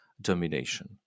domination